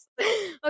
okay